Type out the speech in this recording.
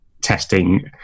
testing